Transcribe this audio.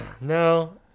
No